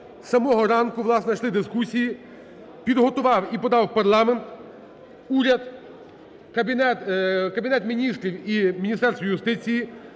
з самого ранку, власне, йшли дискусії, підготував і подав в парламент уряд, Кабінет Міністрів і Міністерство юстиції